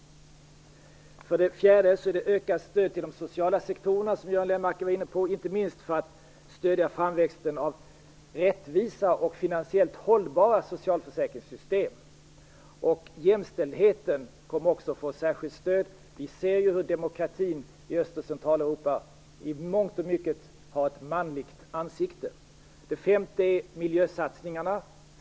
För det fjärde blir det ett ökat stöd till de sociala sektorerna, som Göran Lennmarker var inne på, inte minst för att stödja framväxten av rättvisa och finansiellt hållbara socialförsäkringssystem. Jämställdheten kommer också att få särskilt stöd. Vi ser ju hur demokratin i Öst och Centraleuropa i mångt och mycket har ett manligt ansikte. För det femte handlar det om miljösatsningar.